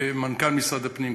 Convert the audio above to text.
כמנכ"ל משרד הפנים,